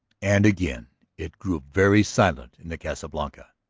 and again it grew very silent in the casa blanca.